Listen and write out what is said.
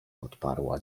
odparła